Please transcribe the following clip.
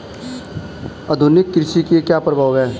आधुनिक कृषि के क्या प्रभाव हैं?